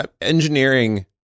engineering